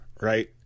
right